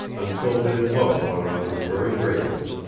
until they loved one another very greatly.